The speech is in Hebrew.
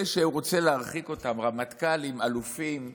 אלה שהוא רוצה להרחיק אותם, רמטכ"לים, אלופים,